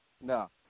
No